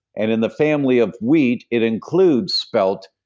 and in the family of wheat, it includes spelt,